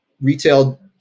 retail